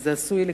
וזה עשוי לקרות,